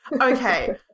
Okay